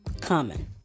Common